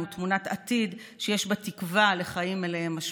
תמונת עתיד שיש בה תקווה לחיים מלאי משמעות,